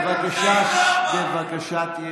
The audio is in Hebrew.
שב בשקט.